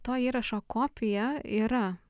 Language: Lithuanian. to įrašo kopija yra